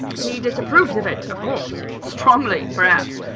he disapproves of it, of course strongly, perhaps.